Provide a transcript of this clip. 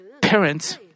parents